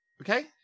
Okay